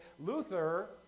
Luther